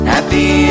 Happy